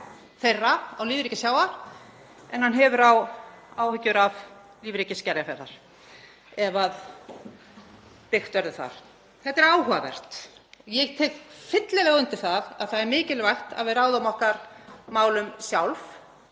Þetta er áhugavert. Ég tek fyllilega undir að það er mikilvægt að við ráðum okkar málum sjálf